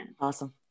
Awesome